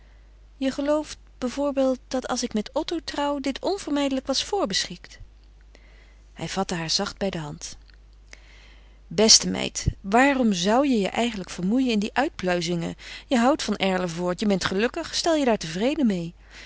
je gelooft bijvoorbeeld dat als ik met otto trouw dit onvermijdelijk was voorbeschikt hij vatte haar zacht bij de hand beste meid waarom zou je je eigenlijk vermoeien in die uitpluizingen je houdt van erlevoort je bent gelukkig stel je daar tevreden meê